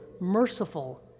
merciful